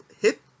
hit